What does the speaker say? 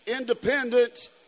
independent